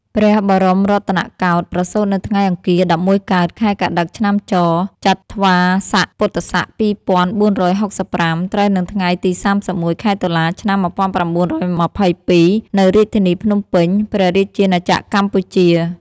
ព្រះបរមរតនកោដ្ឋ ប្រសូតនៅថ្ងៃអង្គារ ១១កើត ខែកត្តិក ឆ្នាំច ចត្វាស័ក ព.ស.២៤៦៥ ត្រូវនឹងថ្ងៃទី៣១ ខែតុលា ឆ្នាំ១៩២២ នៅរាជធានីភ្នំពេញ ព្រះរាជាណាចក្រកម្ពុជា។